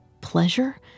pleasure